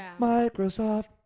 Microsoft